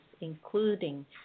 including